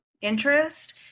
interest